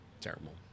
terrible